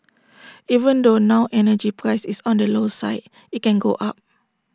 even though now energy price is on the low side IT can go up